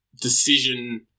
decision